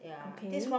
okay